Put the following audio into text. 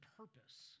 purpose